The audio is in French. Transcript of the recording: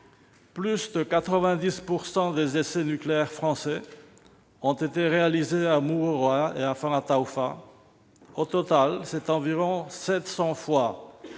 Plus de 90 % des essais nucléaires français ont été réalisés à Mururoa et à Fangataufa. Au total, c'est environ 700 fois